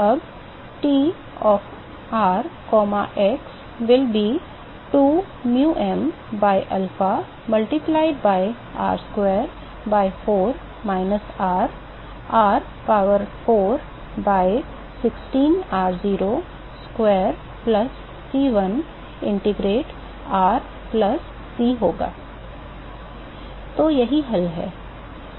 अब T of r comma x will be 2 um by alpha multiplied by r square by 4 minus r r power 4 by 16 r0 square plus C1 ln r plus C होगा तो यही हल है